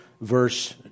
verse